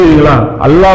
Allah